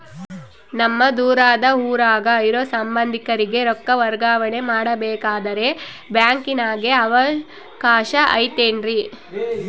ನಮ್ಮ ದೂರದ ಊರಾಗ ಇರೋ ಸಂಬಂಧಿಕರಿಗೆ ರೊಕ್ಕ ವರ್ಗಾವಣೆ ಮಾಡಬೇಕೆಂದರೆ ಬ್ಯಾಂಕಿನಾಗೆ ಅವಕಾಶ ಐತೇನ್ರಿ?